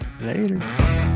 Later